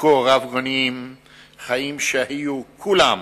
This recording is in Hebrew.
שהיו כה רבגוניים; חיים שהיו כולם